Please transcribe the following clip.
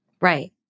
Right